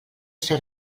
ser